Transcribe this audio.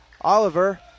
Oliver